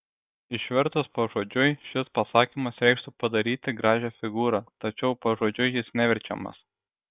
išvertus pažodžiui šis pasakymas reikštų padaryti gražią figūrą tačiau pažodžiui jis neverčiamas